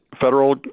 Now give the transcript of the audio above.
federal